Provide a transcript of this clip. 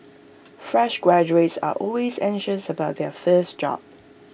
fresh graduates are always anxious about their first job